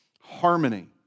harmony